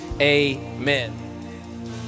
amen